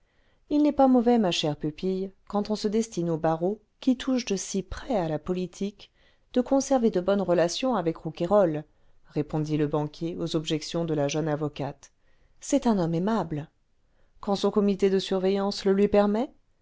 il n'est pas mauvais ma chère pupille quand on se destine au barreau qui touche de si près à la politique de conserver de bonnes rela i fions avec rouquayrol répondit le banquier aux objections delà jeune avocate c'est un homme aimable quand son comité de surveillance le lui permet